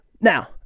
Now